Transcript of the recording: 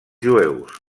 jueus